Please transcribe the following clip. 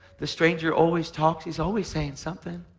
the stranger always talks. he's always saying something.